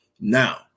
Now